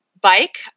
bike